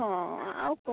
ହଁ ଆଉ କ'ଣ